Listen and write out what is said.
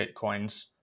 Bitcoins